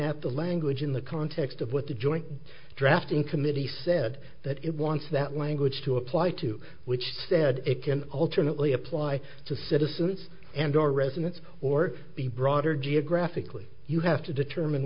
at the language in the context of what the joint drafting committee said that it wants that language to apply to which said it can alternately apply to citizens and or residents or the broader geographically you have to determine